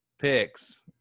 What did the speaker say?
picks